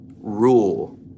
rule